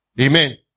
Amen